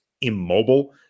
immobile